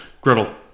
Griddle